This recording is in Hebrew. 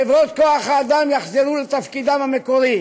חברות כוח האדם יחזרו לתפקידן המקורי,